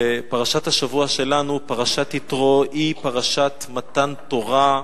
פרשת השבוע שלנו, פרשת יתרו, היא פרשת מתן תורה,